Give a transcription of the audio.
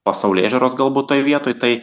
pasaulėžiūros galbūt toj vietoj tai